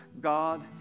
God